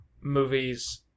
movies